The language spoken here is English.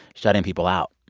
shutting people out.